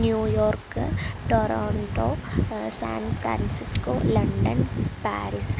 New York Toronto San Francisco London Paris